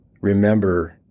remember